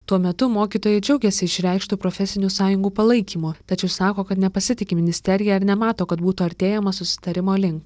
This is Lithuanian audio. tuo metu mokytojai džiaugiasi išreikštu profesinių sąjungų palaikymo tačiau sako kad nepasitiki ministerija ir nemato kad būtų artėjama susitarimo link